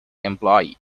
employee